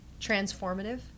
transformative